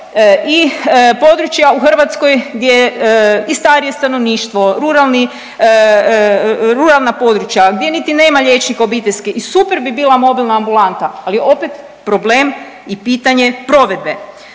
i područja u Hrvatskoj gdje i starije stanovništvo, ruralni, ruralna područja gdje niti nema liječnika obiteljske i super bi bila mobilna ambulanta, ali opet problem i pitanje provedbe.